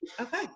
Okay